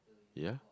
ya